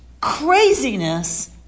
craziness